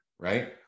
right